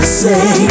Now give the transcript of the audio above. say